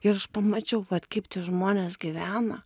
ir aš pamačiau vat kaip tie žmonės gyvena